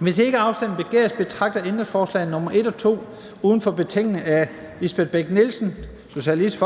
Hvis ikke afstemning begæres, betragter jeg ændringsforslag nr. 1 og 2 uden for betænkningen af Lisbeth Bech-Nielsen (SF),